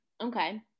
Okay